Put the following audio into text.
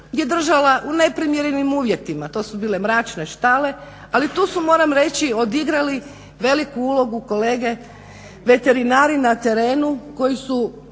je država u neprimjernim uvjetima. To su bile mračne štale, ali tu su moram reći odigrali veliku ulogu kolege veterinari na terenu koji su